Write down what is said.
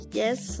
yes